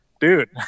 dude